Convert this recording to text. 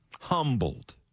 Humbled